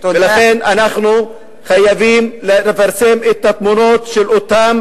ולכן אנחנו חייבים לפרסם את התמונות של אותם